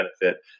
benefit